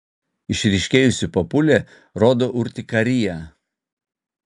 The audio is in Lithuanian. išryškėjusi papulė rodo urtikariją